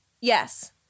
Yes